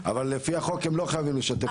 אבל לפי החוק הם לא חייבים לשתף פעולה איתכם.